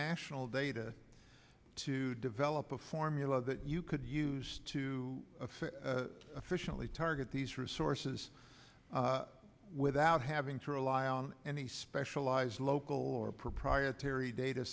national data to develop a formula that you could use to officially target these resources without having to rely on any specialized local or proprietary data